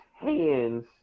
hands